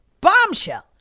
bombshell